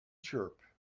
chirp